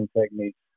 techniques